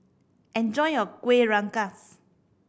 enjoy your Kuih Rengas